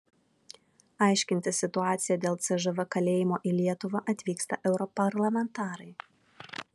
aiškintis situaciją dėl cžv kalėjimo į lietuvą atvyksta europarlamentarai